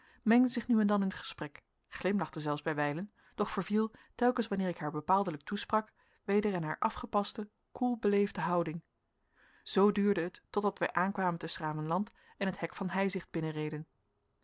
mengde zich nu en dan in het gesprek glimlachte zelfs bij wijlen doch verviel telkens wanneer ik haar bepaaldelijk toesprak weder in haar afgepaste koel beleefde houding zoo duurde het totdat wij aankwamen te s gravenland en het hek van heizicht binnenreden